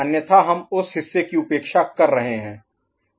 अन्यथा हम उस हिस्से की उपेक्षा कर रहे हैं